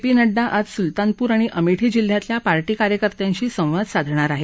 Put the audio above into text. P Nadda आज सुलतानपूर आणि अमेठी जिल्ह्यातल्या पार्टी कार्यकर्त्यांशी संवाद साधणार आहेत